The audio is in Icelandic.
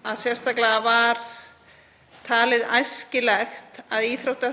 sem sérstaklega var talið æskilegt að